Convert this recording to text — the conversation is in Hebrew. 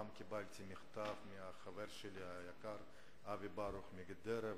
הפעם קיבלתי מכתב מהחבר שלי היקר אבי ברוך מגדרה,